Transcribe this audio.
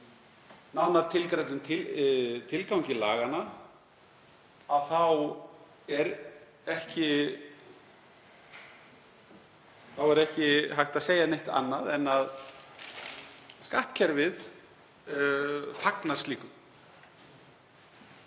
nánar tilgreindum tilgangi laganna þá er ekki hægt að segja neitt annað en að skattkerfið fagni slíku.